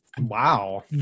wow